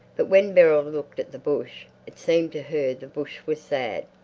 but when beryl looked at the bush, it seemed to her the bush was sad.